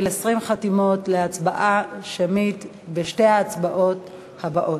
20 חתימות להצבעה שמית בשתי ההצבעות הבאות.